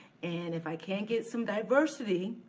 and if i can't get some diversity,